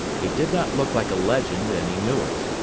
he did not look like a legend and he knew it,